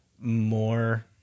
more